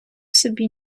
собі